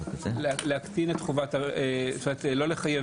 ולא לחייב